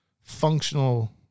functional